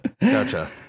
Gotcha